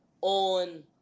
on